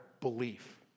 belief